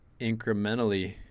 incrementally